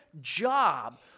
job